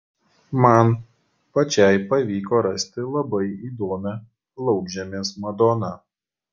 man pačiai pavyko rasti labai įdomią laukžemės madoną